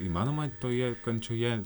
įmanoma toje kančioje